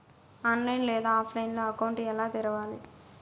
online లేదా ఆఫ్లైన్లో account ఎలా తెరవాలి